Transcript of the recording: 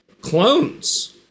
clones